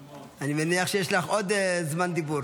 אימאן, אני מניח שיש לך עוד זמן דיבור